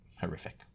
horrific